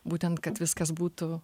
būtent kad viskas būtų